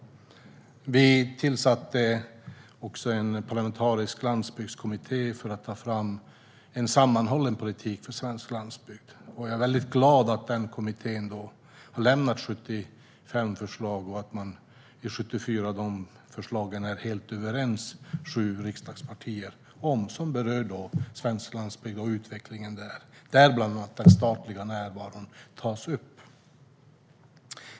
Vi tillsatte också en parlamentarisk landsbygdskommitté för att ta fram en sammanhållen politik för svensk landsbygd. Jag är glad att kommittén har lämnat 75 förslag och att i 74 av dem sju riksdagspartier är helt överens om det som berör svensk landsbygd och utvecklingen där och där bland annat den statliga närvaron tas upp.